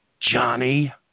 Johnny